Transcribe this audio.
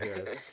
Yes